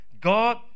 God